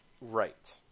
Right